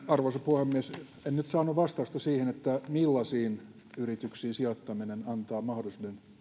arvoisa puhemies en nyt saanut vastausta siihen millaisiin yrityksiin sijoittaminen antaa mahdollisuuden